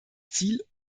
ziel